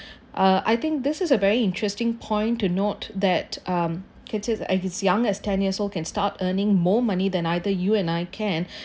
uh I think this is a very interesting point to note that um kids at his at his age as young as ten years old can start earning more money than either you and I can